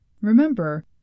Remember